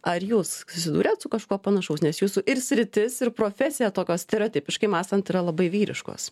ar jūs susidūrėt su kažkuo panašaus nes jūsų ir sritis ir profesija tokio stereotipiškai mąstant yra labai vyriškos